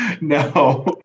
No